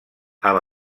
amb